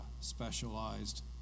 specialized